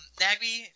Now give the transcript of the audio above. Nagby